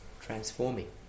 transforming